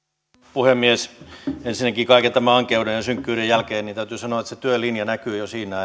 puhemies ensinnäkin kaiken tämän ankeuden ja synkkyyden jälkeen täytyy sanoa että se työlinja näkyy jo siinä